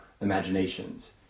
imaginations